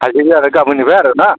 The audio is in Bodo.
हासिगोन आरो गाबोननिफ्राय आरोना